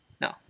No